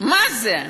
מה זה,